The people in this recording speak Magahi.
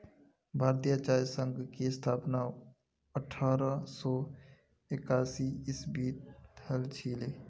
भारतीय चाय संघ की स्थापना अठारह सौ एकासी ईसवीत हल छिले